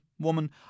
woman